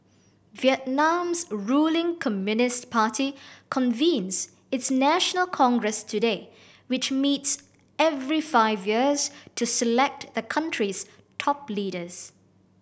Vietnam's ruling Communist Party convenes its national congress today which meets every five years to select a country's top leaders